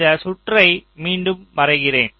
இந்த சுற்றை மீண்டும் வரைகிறேன்